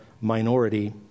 minority